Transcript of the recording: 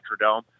metrodome